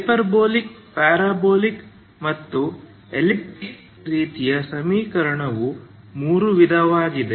hyperbolic parabolic ಮತ್ತು elliptic ರೀತಿಯ ಸಮೀಕರಣವು ಮೂರು ವಿಧಗಳಾಗಿವೆ